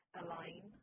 align